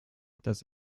dass